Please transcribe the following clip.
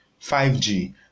5G